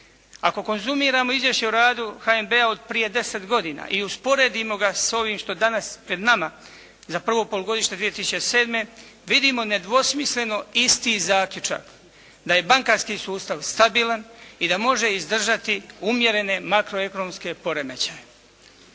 Ako konzumiramo izvješće o radu HNB-a od prije deset godina i usporedimo ga s ovim što je danas pred nama, za prvo polugodište 2007., vidimo nedvosmisleno isti zaključak, da je bankarski sustav stabilan i da može izdržati umjerene makroekonomske poremećaje.